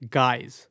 guys